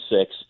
six